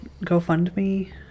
GoFundMe